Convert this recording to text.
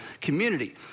community